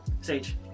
sage